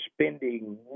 spending